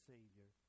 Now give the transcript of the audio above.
Savior